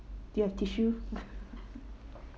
do you have tissue